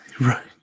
right